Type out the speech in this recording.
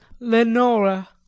Lenora